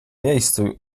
miejscu